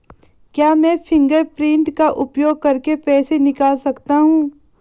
क्या मैं फ़िंगरप्रिंट का उपयोग करके पैसे निकाल सकता हूँ?